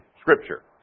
Scripture